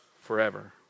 forever